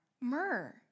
Myrrh